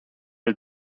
del